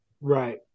Right